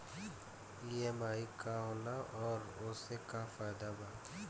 EMI का होला और ओसे का फायदा बा?